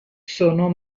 sono